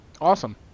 Awesome